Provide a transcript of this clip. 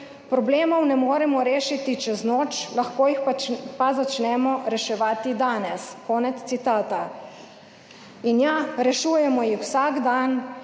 "Problemov ne moremo rešiti čez noč, lahko jih pa začnemo reševati danes". In ja, rešujemo jih vsak dan